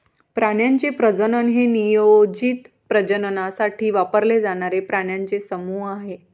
प्राण्यांचे प्रजनन हे नियोजित प्रजननासाठी वापरले जाणारे प्राण्यांचे समूह आहे